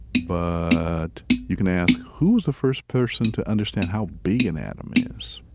but you can ask, who was the first person to understand how big an atom is?